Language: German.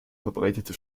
verbreitete